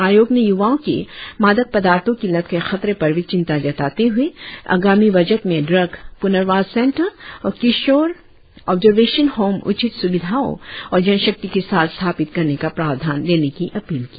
आयोग ने युवाओं के मादक पदार्थों की लत के खतरे पर भी चिंता जताते हुए आगामी बजट में ड्रग पुनर्वास सेंटर और किशोर ऑब्जर्वेशन हॉम उचित सुविधाओं और जनशक्ति के साथ स्थापित करने का प्रावधान देने की अपील की